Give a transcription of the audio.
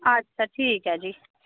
अच्छा ठीक ऐ जी